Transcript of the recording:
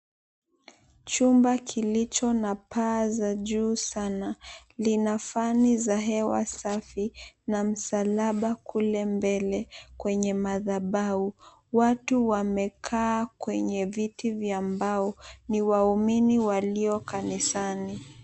Chumba kilicho na paa za juu sana lina fani za hewa safi na msalaba kule mbele kwenye madhabau. Watu wamekaa kwenye viti vya mbao ni waumini walio kanisani.